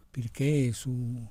pirkėjai su